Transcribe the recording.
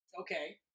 okay